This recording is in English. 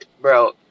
Bro